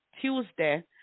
Tuesday